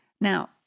Now